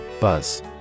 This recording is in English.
Buzz